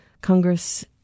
Congress